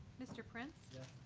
mr. prince? yes.